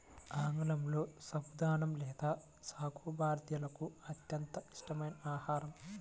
ఆంగ్లంలో సబుదానా లేదా సాగో భారతీయులకు అత్యంత ఇష్టమైన ఆహారం